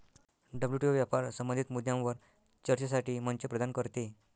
WTO व्यापार संबंधित मुद्द्यांवर चर्चेसाठी मंच प्रदान करते